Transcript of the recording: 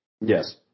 Yes